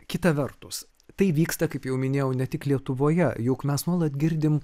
kita vertus tai vyksta kaip jau minėjau ne tik lietuvoje juk mes nuolat girdim